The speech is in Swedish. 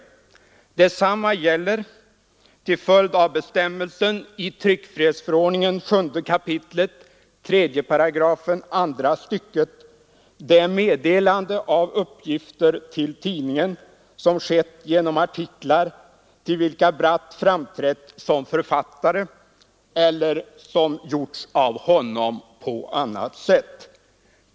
Detsamma gäller till följd av bestämmelsen i tryckfrihetsförordningens 7 kap. 3 § andra stycket det meddelande av uppgifter till tidningen som skett igenom artiklar till vilka Bratt framträtt som författare eller som gjorts av honom på annat sätt.